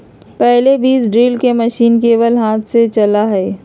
पहले बीज ड्रिल के मशीन केवल हाथ से चला हलय